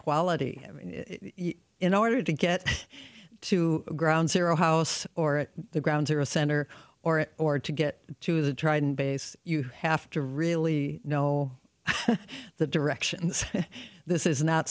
quality in order to get to ground zero house or the ground zero center or it or to get to the trident base you have to really know the directions this is not